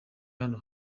hano